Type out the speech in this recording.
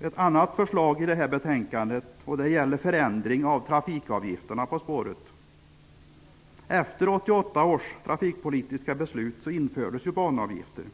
ett annat förslag i det här betänkandet. Det gäller en förändring av trafikavgifterna på spåret. Efter 1988 års trafikpolitiska beslut infördes banavgifter.